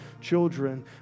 children